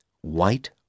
White